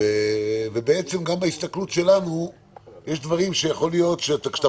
ובעצם גם בהסתכלות שלנו יש דברים שיכול להיות כשאתה